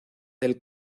del